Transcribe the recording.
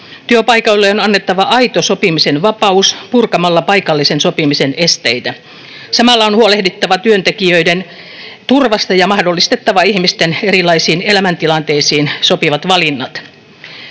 Työpaikoille on annettava aito sopimisen vapaus purkamalla paikallisen sopimisen esteitä. Samalla on huolehdittava työntekijöiden turvasta ja mahdollistettava ihmisten erilaisiin elämäntilanteisiin sopivat valinnat.